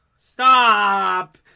Stop